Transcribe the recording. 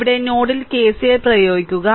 ഇവിടെ നോഡിൽ KCL പ്രയോഗിക്കുക